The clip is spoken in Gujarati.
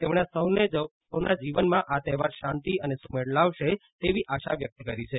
તેમણે સૌના જીવનમાં આ તહેવાર શાંતિ અને સુમેળ લાવશે તેવી આશા વ્યક્ત કરી છે